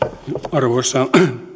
arvoisa